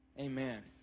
Amen